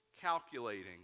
calculating